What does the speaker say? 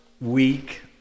week